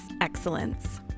excellence